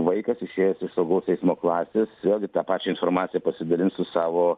vaikas išėjęs iš saugaus eismo klasės vėlgi tą pačią informaciją pasidalins su savo